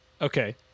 Okay